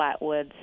flatwoods